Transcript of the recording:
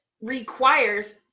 requires